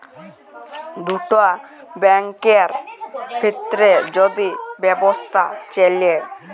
দুটা ব্যাংকের ভিত্রে যদি ব্যবসা চ্যলে